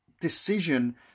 decision